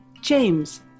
James